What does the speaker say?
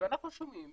אנחנו שומעים